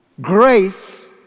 Grace